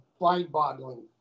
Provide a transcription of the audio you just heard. mind-boggling